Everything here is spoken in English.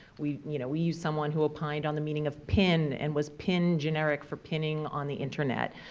we you know we use someone who opined on the meaning of pin and was pin generic for pinning on the internet?